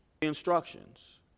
Instructions